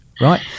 Right